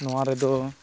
ᱱᱚᱣᱟ ᱨᱮᱫᱚ